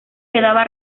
quedaba